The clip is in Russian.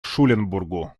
шуленбургу